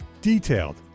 Detailed